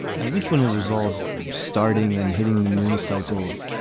at least when it resolves starting and hitting the news cycle